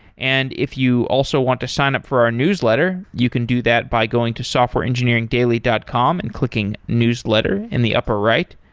and if you also want to sign up for our newsletter, you can do that by going to softwareengineeringdaily dot com and clicking newsletter in the upper right.